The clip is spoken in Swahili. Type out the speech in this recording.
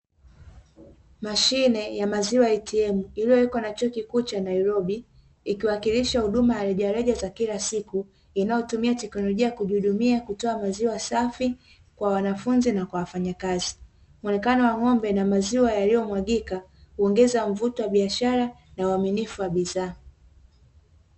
Mashine ya maziwa "ATM" iliyowekwa na chuo kikuu cha Nairobi, ikiwakilisha huduma ya rejareja za kila siku. Inayotumia teknolojia ya kujihudumia, kutoa maziwa safi kwa wanafunzi na kwa wafanyakazi. Muonekano wa ng'ombe na maziwa yaliyomwagika huongeza mvuto wa biashara na uaminifu wa bidhaa.